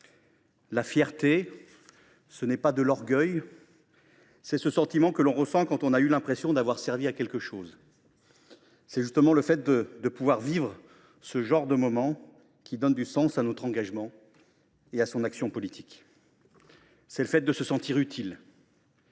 La fierté, ce n’est pas de l’orgueil ; c’est le sentiment que l’on ressent quand on a l’impression d’avoir servi à quelque chose. C’est justement le fait de pouvoir vivre ce genre de moments qui donne du sens à notre engagement et à l’action politique. C’est la possibilité de se sentir utile